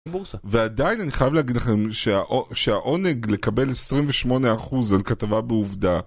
בורסה. ועדיין אני חייב להגיד לכם שהעונג לקבל 28% על כתבה בעובדה